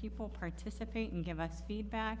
people participating give us feedback